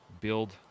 build